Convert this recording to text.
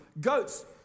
goats